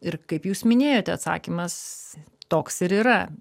ir kaip jūs minėjote atsakymas toks ir yra